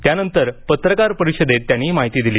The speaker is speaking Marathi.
त्यानंतर पत्रकार परिषदेत त्यांनी ही माहिती दिली